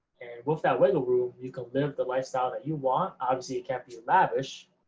with that wiggle room, you can live the lifestyle that you want, obviously it can't be lavish